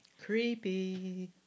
Creepy